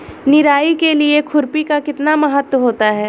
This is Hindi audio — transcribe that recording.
निराई के लिए खुरपी का कितना महत्व होता है?